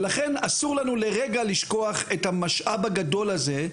ולכן אסור לנו לרגע לשכוח את המשאב הגדול הזה,